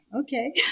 okay